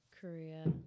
Korea